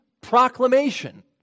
proclamation